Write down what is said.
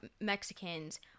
Mexicans